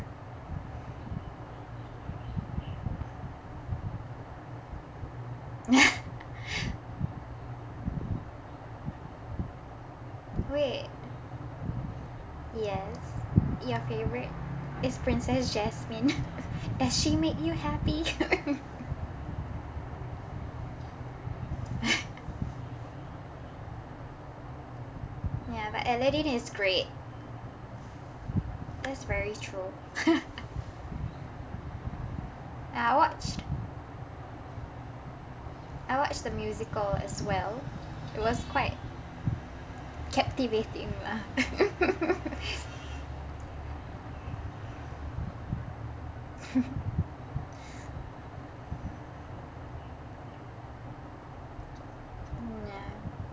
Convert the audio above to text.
wait yes your favourite is princess jasmine does she make you happy ya but aladdin is great that's very true I watched I watched the musical as well it was quite captivating lah mm ya